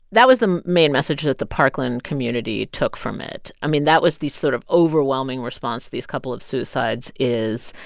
that was the main message that the parkland community took from it. i mean, that was the sort of overwhelming response to these couple of suicides, is,